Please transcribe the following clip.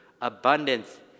abundance